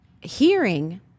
Hearing